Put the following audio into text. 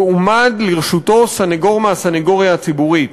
יועמד לרשותו סנגור מהסנגוריה הציבורית,